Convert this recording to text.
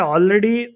Already